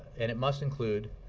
and it must include